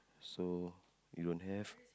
so you don't have